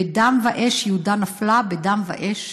"בדם ואש יהודה נפלה, בדם ואש